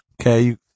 Okay